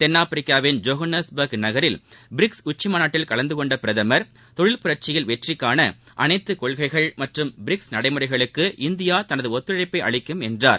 தென்னாப்பிரிக்காவின் ஜோஹன்னஸ்பர்க் நகரில் பிரிக்ஸ் உச்சி மாநாட்டில் கலந்தகொண்ட பிரதமர் தொழில் புரட்சியில் வெற்றி காண அனைத்து கொள்கைகள் மற்றும் பிரிக்ஸ் நடைமுறைகளுக்கு இந்தியா தனது ஒத்துழைப்பை அளிக்கும் என்றார்